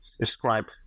Describe